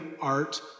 art